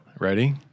Ready